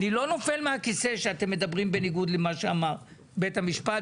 אני לא נופל מהכיסא מכך שאתם מדברים בניגוד למה שאמר בית המשפט,